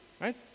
Right